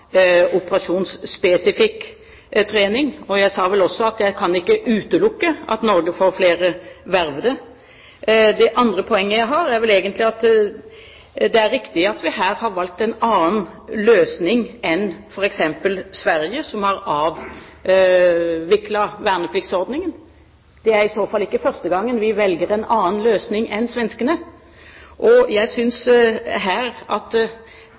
operasjonsspesifikk trening. Jeg sa vel også at jeg ikke kan utelukke at Norge får flere vervede. Det andre poenget mitt er vel egentlig – det er riktig – at vi her har valgt en annen løsning enn f.eks. Sverige, som har avviklet vernepliktsordningen. Det er i så fall ikke første gangen vi velger en annen løsning enn svenskene. Jeg synes her igjen at